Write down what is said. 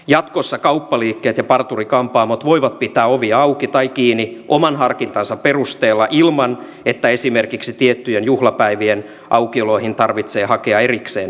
jatkossa kauppaliikkeet ja parturi kampaamot voivat pitää ovia auki tai kiinni oman harkintansa perusteella ilman että esimerkiksi tiettyjen juhlapäivien aukioloihin tarvitsee hakea erikseen poikkeuslupaa